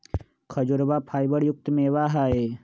खजूरवा फाइबर युक्त मेवा हई